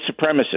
supremacist